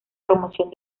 promoción